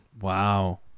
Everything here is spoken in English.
Wow